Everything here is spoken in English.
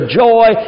joy